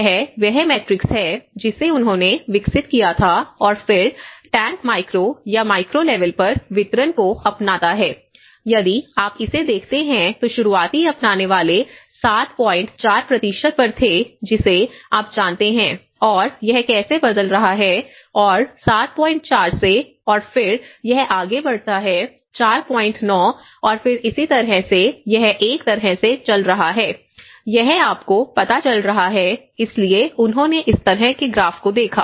यह वह मैट्रिक्स है जिसे उन्होंने विकसित किया था और फिर टैंक मैक्रो या माइक्रो लेवल पर वितरण को अपनाता है यदि आप इसे देखते हैं तो शुरुआती अपनाने वाले 74 पर थे जिसे आप जानते हैं और यह कैसे बदल रहा है और 74 से और फिर यह आगे बढ़ता है 49 और फिर इसी तरह से यह एक तरह से चल रहा है यह आगे आपको पता चल रहा है इसलिए उन्होंने इस तरह के ग्राफ को देखा